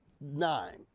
nine